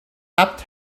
tapped